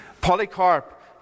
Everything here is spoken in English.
Polycarp